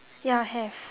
ya have